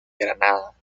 granada